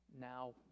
now